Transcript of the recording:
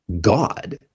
God